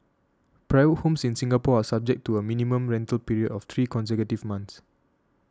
private homes in Singapore are subject to a minimum rental period of three consecutive months